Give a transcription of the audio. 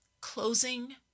closing